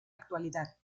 actualidad